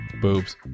boobs